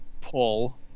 pull